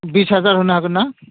बिस हाजार होनो हागोन ना